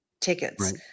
tickets